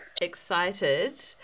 excited